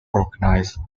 organizes